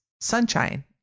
sunshine